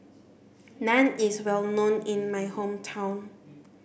naan is well known in my hometown